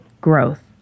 growth